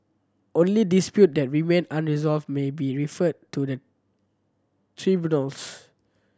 only dispute that remain unresolved may be referred to the tribunals